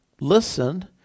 listened